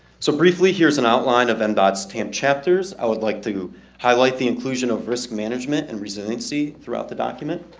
so briefly here's an outline of mbot and stamp chapters i would like to highlight the inclusion of risk management and resiliency throughout the document